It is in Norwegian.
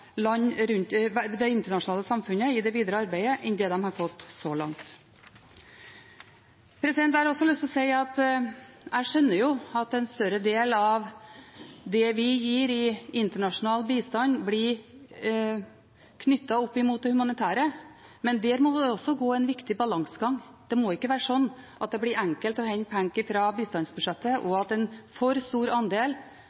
det internasjonale samfunnet i det videre arbeidet enn det de har fått så langt. Jeg har også lyst til å si at jeg skjønner jo at en større del av det vi gir i internasjonal bistand, blir knyttet opp mot det humanitære. Men der er det også viktig med en balansegang. Det må ikke være slik at det blir enkelt å hente penger fra bistandsbudsjettet, og at en for stor andel